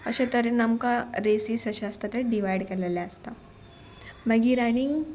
अशें तरेन आमकां रेसीस अशें आसता ते डिवायड केलेले आसता मागीर रनींग